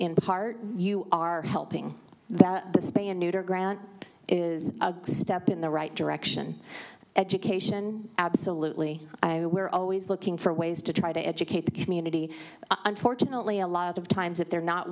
in part you are helping that spay and neuter ground is a step in the right direction education absolutely i we're always looking for ways to try to educate the community unfortunately a lot of times if they're not